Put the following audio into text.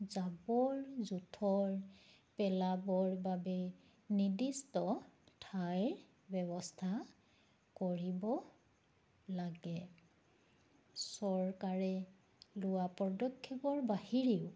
জাবৰ জোঁথৰ পেলাবৰ বাবে নিৰ্দিষ্ট ঠাইৰ ব্যৱস্থা কৰিব লাগে চৰকাৰে লোৱা পদক্ষেপৰ বাহিৰেও